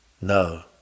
No